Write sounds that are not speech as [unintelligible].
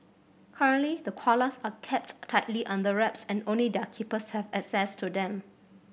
currently the koalas are [unintelligible] tightly under wraps and only their keepers have access to them